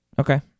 Okay